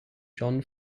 john